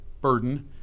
burden